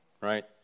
right